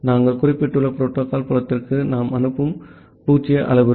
நாங்கள் குறிப்பிட்டுள்ள புரோட்டோகால் புலத்திற்கு நாம் அனுப்பும் 0 அளவுரு